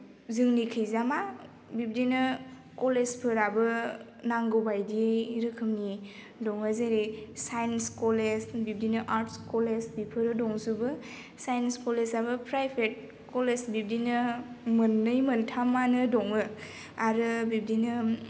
जोंनिखैजा मा बिब्दिनो कलेजफोराबो नांगौबायदि रोखोमनि दङ जेरै साइन्स कलेज बिब्दिनो आर्टस कलेज बिफोरो दंजोबो साइन्स कलेजआबो प्राइभेट कलेज बिब्दिनो मोननै मोनथामानो दङो आरो बिब्दिनो